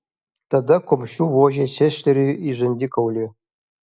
tada kumščiu vožė česteriui į žandikaulį